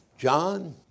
John